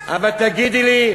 אבל תגידי לי,